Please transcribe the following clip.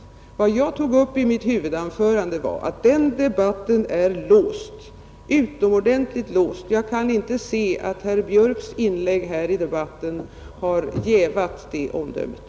Jag hävdade i mitt huvudanförande att den debatten är utomordentligt låst; jag kan inte se att herr Björks inlägg här i debatten har jävat det omdömet.